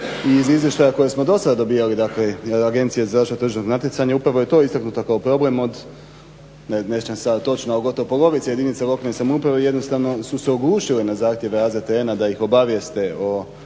I iz izvještaja koja smo do sada dobijali od Agencije za zaštitu tržišnog natjecanja upravo je to istaknuto kao problem od ne sjećam se sada točno ali gotovo polovica jedinica lokalne samouprave jednostavno su se oglušile na zahtjev … da ih obavijeste o